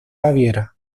baviera